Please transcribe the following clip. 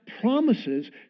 promises